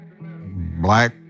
black